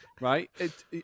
right